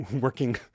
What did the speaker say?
working